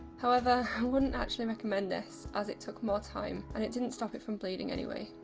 however, i wouldn't actually recommend this as it took more time and it didn't stop it from bleeding anyway.